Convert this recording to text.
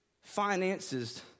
finances